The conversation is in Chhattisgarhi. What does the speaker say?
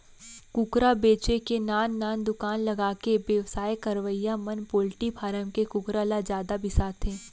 कुकरा बेचे के नान नान दुकान लगाके बेवसाय करवइया मन पोल्टी फारम के कुकरा ल जादा बिसाथें